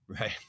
Right